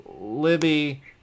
Libby